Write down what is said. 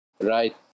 right